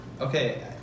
Okay